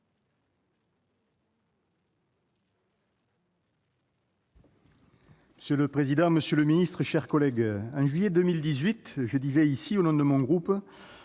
Monsieur le président, monsieur le ministre, mes chers collègues, en juillet 2018, je disais ici, au nom de mon groupe,